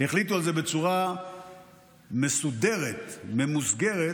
החליטו על זה בצורה מסודרת, ממוסגרת,